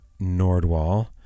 Nordwall